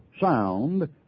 sound